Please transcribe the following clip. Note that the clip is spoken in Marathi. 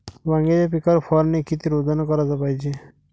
वांग्याच्या पिकावर फवारनी किती रोजानं कराच पायजे?